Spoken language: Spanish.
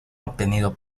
obtenido